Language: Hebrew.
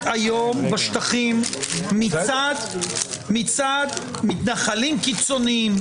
היום בשטחים מצד מתיישבים קיצוניים.